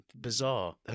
Bizarre